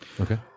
okay